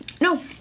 No